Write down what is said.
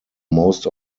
most